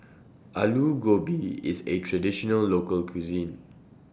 Alu Gobi IS A Traditional Local Cuisine